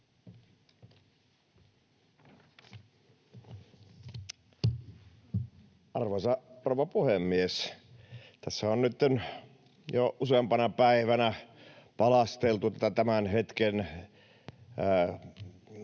Arvoisa rouva puhemies! Tässä on nytten jo useampana päivänä palasteltu tätä tämän hetken